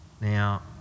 Now